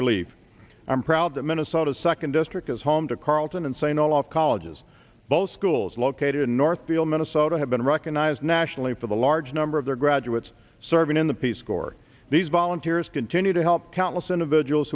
relief i'm proud that minnesota's second district is home to carlton and st olaf colleges both schools located in north beale minnesota have been recognized nationally for the large number of their graduates serving in the peace corps these volunteers continue to help countless individuals